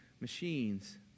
machines